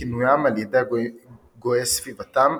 הביא לכינויים על ידי גויי סביבתם,